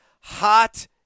hot